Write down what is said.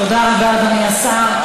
תודה רבה, אדוני השר.